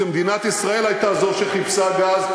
כשמדינת ישראל הייתה זו שחיפשה גז,